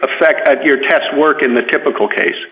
affect your test work in the typical case